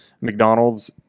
McDonald's